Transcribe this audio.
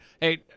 hey